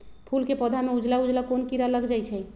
फूल के पौधा में उजला उजला कोन किरा लग जई छइ?